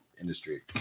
industry